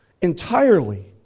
Entirely